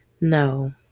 No